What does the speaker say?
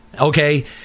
Okay